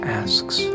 asks